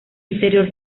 interior